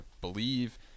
believe